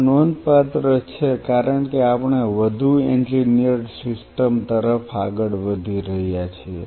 આ નોંધપાત્ર છે કારણ કે આપણે વધુ એન્જિનિયર્ડ સિસ્ટમ તરફ આગળ વધી રહ્યા છીએ